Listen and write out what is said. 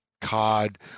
COD